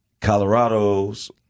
Colorado's